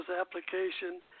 application